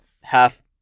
half